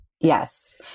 Yes